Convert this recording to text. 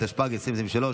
התשפ"ג 2023,